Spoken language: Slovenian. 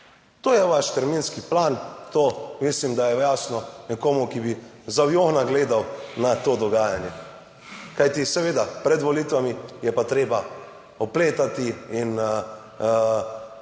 To je vaš terminski plan. To mislim, da je jasno nekomu, ki bi z aviona gledal na to dogajanje, kajti seveda pred volitvami je pa treba opletati in se